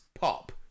pop